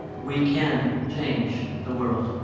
we can change the world.